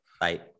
Bye